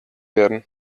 werden